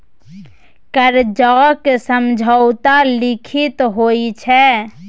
करजाक समझौता लिखित होइ छै